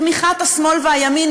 בתמיכת השמאל והימין,